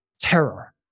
terror